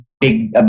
big